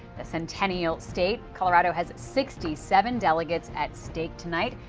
the centennial state, colorado has sixty seven delegates at stake tonight.